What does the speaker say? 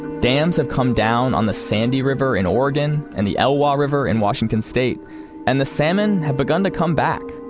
dams have come down in the sandy river in oregon and the elwha river in washington state and the salmon have begun to come back.